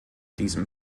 diesem